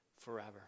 forever